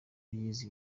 yize